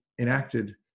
enacted